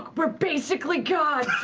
we're basically gods,